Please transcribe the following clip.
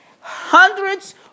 Hundreds